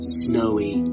snowy